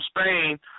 Spain